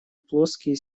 плоские